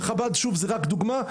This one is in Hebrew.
חב"ד זה רק דוגמה,